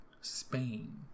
Spain